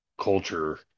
culture